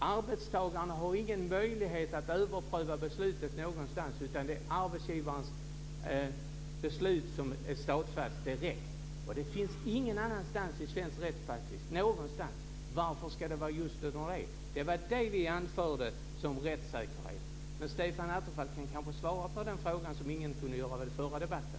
Arbetstagarna har ingen möjlighet att överpröva beslutet någonstans, utan det är arbetsgivarens beslut som stadfästs direkt. Det finns ingen annanstans i svensk rättspraxis. Varför ska det finnas just där? Det var det vi anförde som rättssäkerhet. Stefan Attefall kanske kan svara på den fråga som ingen kunde svara på i den förra debatten.